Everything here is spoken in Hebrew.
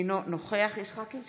אינו נוכח ישראל אייכלר,